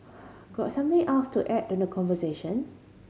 got something else to add to the conversation